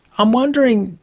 i'm wondering,